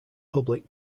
public